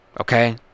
Okay